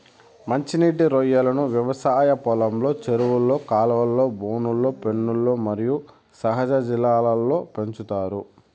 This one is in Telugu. మంచి నీటి రొయ్యలను వ్యవసాయ పొలంలో, చెరువులు, కాలువలు, బోనులు, పెన్నులు మరియు సహజ జలాల్లో పెంచుతారు